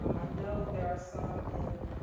um i know there are some in